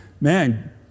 Man